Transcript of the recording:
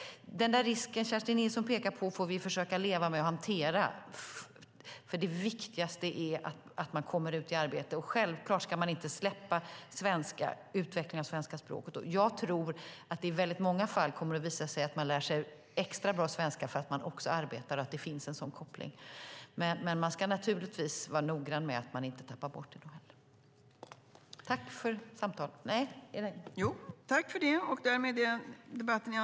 Den risk som Kerstin Nilsson pekar på får vi försöka leva med och hantera. Det viktigaste är att man kommer ut i arbete. Man ska självfallet inte släppa utvecklingen av svenska språket. Jag tror att det i väldigt många fall kommer att visa sig att man lär sig extra bra svenska eftersom man också arbetar och att det finns en sådan koppling. Men man ska naturligtvis vara noggrann att man inte tappar bort detta.